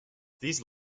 these